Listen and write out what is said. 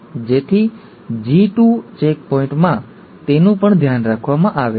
જેથી G 2 ચેકપોઈન્ટમાં તેનું પણ ધ્યાન રાખવામાં આવે છે